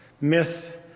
Myth